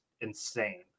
insane